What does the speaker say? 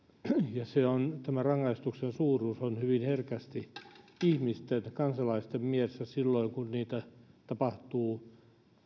ja tämä rangaistuksen suuruus on hyvin herkästi ihmisten kansalaisten mielessä silloin kun tapahtuu